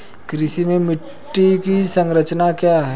कृषि में मिट्टी की संरचना क्या है?